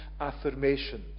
affirmations